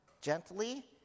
gently